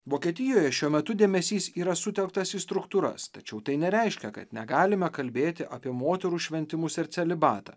vokietijoje šiuo metu dėmesys yra sutelktas į struktūras tačiau tai nereiškia kad negalime kalbėti apie moterų šventimus ir celibatą